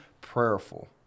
prayerful